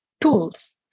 tools